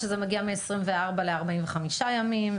שזה מגיע מ-24 ל-45 ימים,